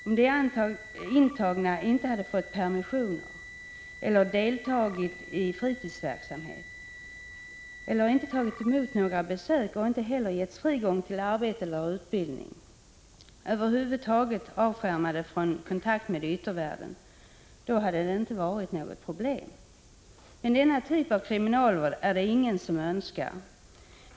Om de intagna inte hade fått permissioner eller inte deltagit i fritidsverksamhet eller inte tagit emot några besök och inte heller getts frigång till arbete och utbildning — över huvud taget avskärmats från all kontakt med yttervärlden — hade det inte varit något problem på detta område. Men denna typ av kriminalvård är det ingen som önskar.